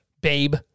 Babe